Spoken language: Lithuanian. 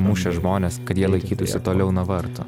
mušė žmones kad jie laikytųsi toliau nuo vartų